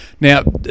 Now